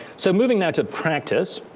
so moving now to practice.